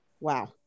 Wow